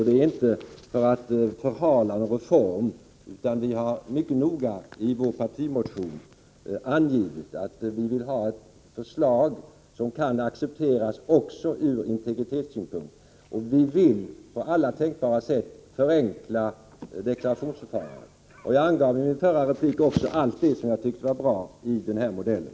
Det är inte för att förhala någon reform. Vi har i vår partimotion mycket noga angivit att vi vill ha fram ett förslag som kan accepteras också ur integritetssynpunkt. Vi vill på alla tänkbara sätt förenkla deklarationsförfarandet. Jag angav i min förra replik också allt det som vi tyckte var bra i den här modellen.